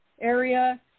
area